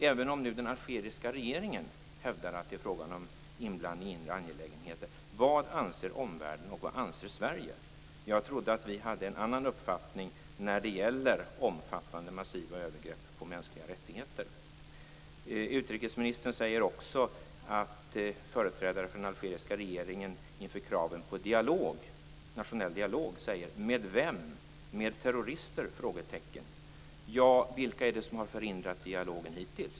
Även om den algeriska regeringen hävdar att det är fråga om inblandning i inre angelägenheter, vad anser omvärlden och vad anser Sverige? Jag trodde att vi hade en annan uppfattning när det gäller omfattande och massiva övergrepp på mänskliga rättigheter. Utrikesministern säger också att företrädare för den algeriska regeringen inför kravet på en nationell dialog säger: Med vem? Med terrorister? Ja, vilka är det som hittills har förhindrat dialogen?